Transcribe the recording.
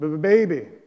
Baby